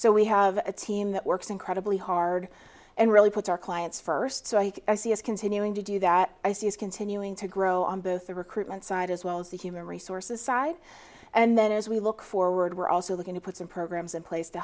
so we have a team that works incredibly hard and really puts our clients first so i see as continuing to do that i see is continuing to grow on both the recruitment side as well as the human resources side and then as we look forward we're also looking to put some programs in place to